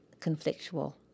conflictual